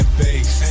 base